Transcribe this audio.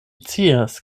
scias